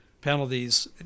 penalties